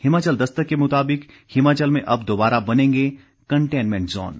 हिमाचल दस्तक के मुताबिक हिमाचल में अब दोबारा बनेंगे कंटेनमेंट जोन